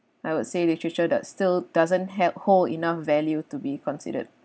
I would say literature does still doesn't held whole enough value to be considered